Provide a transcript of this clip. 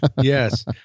Yes